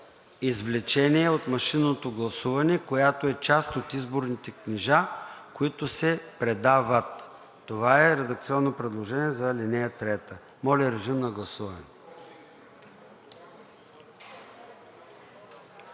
извлечение от машинното гласуване, която е част от изборните книжа, които се предават.“ Това е редакционно предложение за ал. 3. Моля, режим на гласуване.